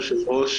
היושב ראש,